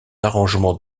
arrangement